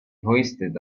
hoisted